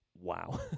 wow